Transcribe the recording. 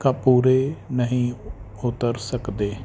ਪੂਰੇ ਨਹੀਂ ਉਤਰ ਸਕਦੇ